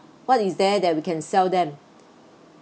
what is there that we can sell them